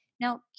Now